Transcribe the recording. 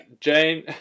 Jane